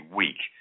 weak